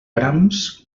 brams